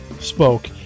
spoke